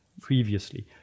previously